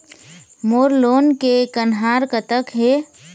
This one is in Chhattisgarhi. मोर लोन के कन्हार कतक हे?